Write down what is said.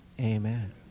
Amen